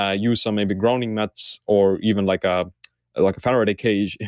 ah use some maybe grounding nuts, or even like ah like a faraday cage,